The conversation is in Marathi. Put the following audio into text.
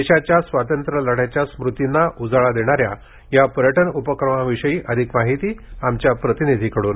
देशाच्या स्वतंत्र्यलढ्याच्या स्मृतींना उजाळा देणाऱ्या या पर्यटन उपक्रमाविषयी अधिक माहिती आमच्या प्रतिनिधीकडून